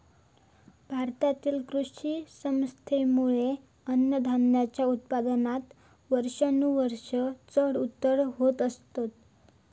भारतातील कृषी समस्येंमुळे अन्नधान्याच्या उत्पादनात वर्षानुवर्षा चढ उतार होत असतत